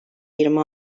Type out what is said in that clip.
yirmi